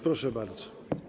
Proszę bardzo.